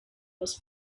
was